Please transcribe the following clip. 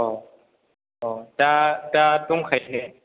औ औ दा दा दंखायो ने